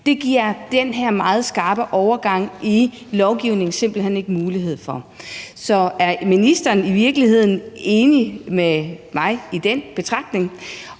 Det giver den her meget skarpe overgang i lovgivningen simpelt hen ikke mulighed for. Er ministeren enig med mig i den betragtning,